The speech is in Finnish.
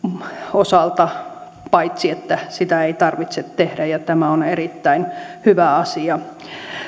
osalta paitsi että sitä ei tarvitse tehdä ja tämä on erittäin hyvä asia